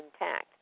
intact